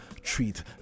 treat